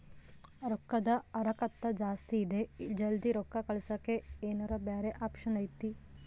ರೊಕ್ಕದ ಹರಕತ್ತ ಜಾಸ್ತಿ ಇದೆ ಜಲ್ದಿ ರೊಕ್ಕ ಕಳಸಕ್ಕೆ ಏನಾರ ಬ್ಯಾರೆ ಆಪ್ಷನ್ ಐತಿ?